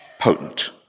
Potent